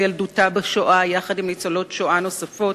ילדותה בשואה יחד עם ניצולות שואה נוספות.